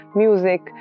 music